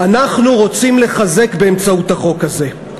אנחנו רוצים לחזק באמצעות החוק הזה.